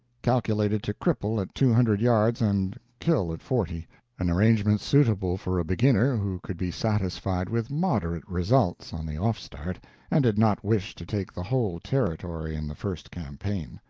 calculated to cripple at two hundred yards and kill at forty an arrangement suitable for a beginner who could be satisfied with moderate results on the offstart and did not wish to take the whole territory in the first campaign.